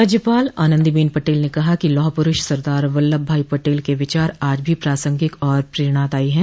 राज्यपाल आनन्दीबेन पटेल ने कहा कि लौह पुरूष सरदार वल्लभ भाई पटेल के विचार आज भी प्रासंगिक और प्रेरणादायी है